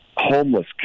homeless